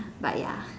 but ya